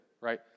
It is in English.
right